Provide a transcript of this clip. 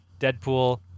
Deadpool